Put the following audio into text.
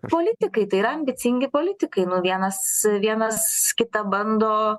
politikai tai yra ambicingi politikai vienas vienas kitą bando